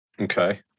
Okay